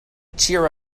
cheer